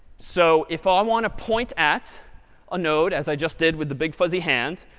so if all i want to point at a node, as i just did with the big fuzzy hand,